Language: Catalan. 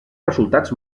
resultats